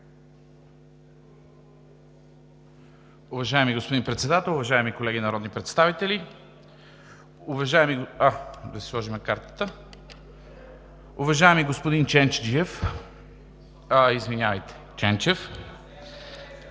Уважаеми господин Председател, уважаеми колеги народни представители! Уважаеми господин Чейнчеджиев,